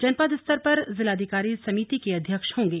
जनपद स्तर पर जिलाधिकारी समिति के अध्यक्ष होंगे